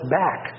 back